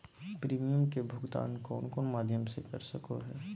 Premium के भुक्तान कौन कौन माध्यम से कर सको है?